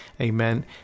Amen